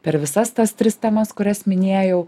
per visas tas tris temas kurias minėjau